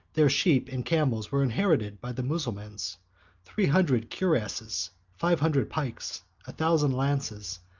their sheep and camels were inherited by the mussulmans three hundred cuirasses, five hundred piles, a thousand lances,